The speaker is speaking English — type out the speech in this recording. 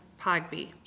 Pogby